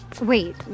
Wait